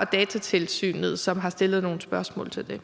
og Datatilsynet, der har stillet nogle spørgsmål til det